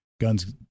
guns